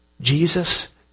Jesus